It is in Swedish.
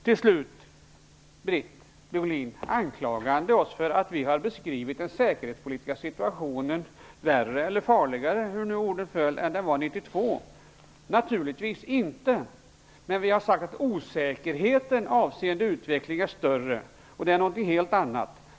Britt Bohlin anklagar oss för att vi har beskrivit den säkerhetspolitiska situationen som värre eller farligare, hur nu orden föll, än den var 1992. Naturligtvis har vi inte gjort det. Men vi har sagt att osäkerheten avseende utvecklingen är större, och det är någonting helt annat.